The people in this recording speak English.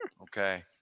Okay